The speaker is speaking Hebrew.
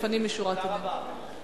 לפנים משורת הדין.